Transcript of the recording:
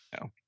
No